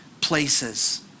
places